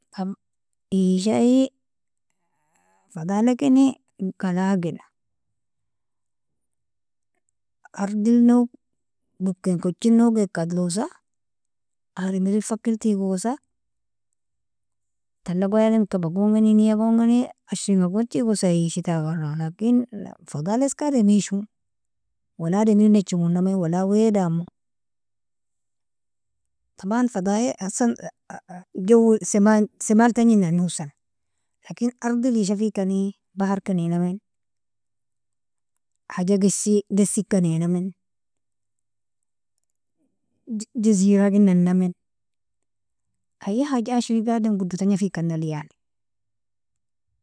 - ishaa'i fadaa lekini ghalaa gena, ardil no'g duken kochil no'geaka adlosa, ademrin fakkil tigosa, tala gon adem kaba'gongeni nia'gongeni ashringa'gon tigosa ishii tar agara, lakin fadala eska adem ishmu, wala ademri nachimunamme, wala weadamu. Taban fadai assan jowi semal semal tagninani hussan, lakin ardill ishafikani, baharka neinamen, haja gissi desika neinamen, jaziraga nanamen, ayyi haja ashriga adem gudo tagnafika nalin yan.